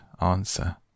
answer